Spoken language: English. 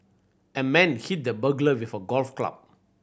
a man hit the burglar with a golf club